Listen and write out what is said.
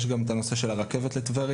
יש גם את נושא הרכבת לטבריה,